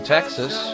Texas